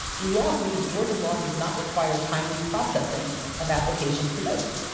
we lost because georgia law does not require timely processing of applications to vote.